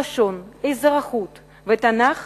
לשון, אזרחות ותנ"ך